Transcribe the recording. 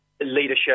leadership